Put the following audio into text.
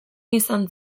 izan